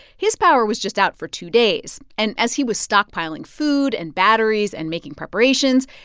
his power was just out for two days. and as he was stockpiling food and batteries and making preparations,